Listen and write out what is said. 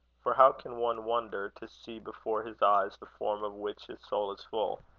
for how can one wonder to see before his eyes, the form of which his soul is full?